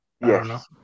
Yes